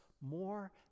more